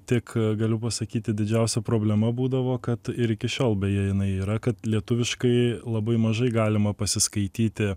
tik galiu pasakyti didžiausia problema būdavo kad ir iki šiol beje jinai yra kad lietuviškai labai mažai galima pasiskaityti